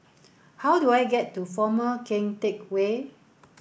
how do I get to Former Keng Teck Whay